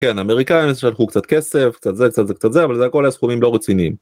כן אמריקאים שלחו קצת כסף קצת זה קצת זה קצת זה אבל זה הכל היה סכומים לא רציניים.